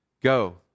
Go